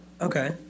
Okay